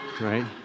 right